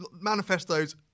Manifestos